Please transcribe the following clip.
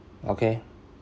okay